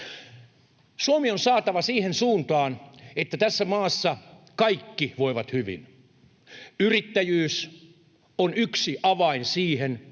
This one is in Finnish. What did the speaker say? Suomi on saatava siihen suuntaan, että tässä maassa kaikki voivat hyvin. Yrittäjyys on yksi avain siihen.